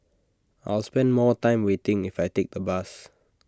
I'll spend more time waiting if I take the bus